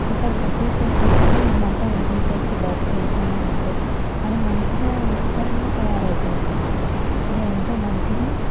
ఇక్కడ పెట్టేసి ఒక్కసారి మంట వెలిగించేసి బయటికి వెళ్ళిపోయినాం అనుకో అలా మంచిగా రుచికరంగా తయారైతుంది అనమాట అది ఎంతో మంచిది